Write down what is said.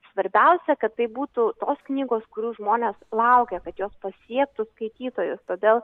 svarbiausia kad tai būtų tos knygos kurių žmonės laukia kad jos pasiektų skaitytojus todėl